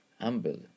humble